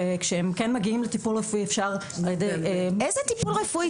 וכשהם כן מגיעים לטיפול רפואי --- איזה טיפול רפואי?